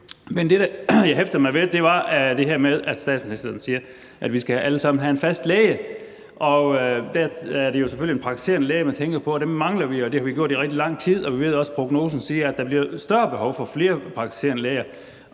Men det, jeg hæftede mig ved, var det her med, at statsministeren siger, at vi alle sammen skal have en fast læge, og der er det selvfølgelig en praktiserende læge, man tænker på. Dem mangler vi jo, og det har vi gjort i rigtig lang tid, og vi ved også, at prognosen siger, at der bliver mere behov for flere praktiserende læger.